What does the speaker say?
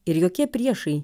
ir jokie priešai